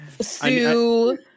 sue